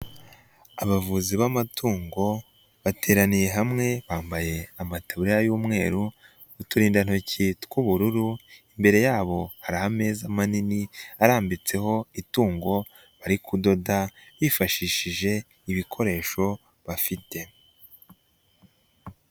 Abavuzi b'amatungo bateraniye hamwe bambaye amatiburiya y'umweru, uturindantoki tw'ubururu, imbere yabo hari ameza manini arambitseho itungo bari kudoda bifashishije ibikoresho bafite.